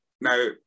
now